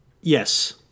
Yes